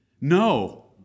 No